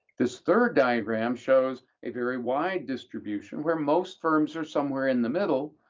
this third diagram shows a very wide distribution where most firms are somewhere in the middle,